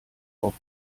auf